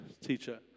teacher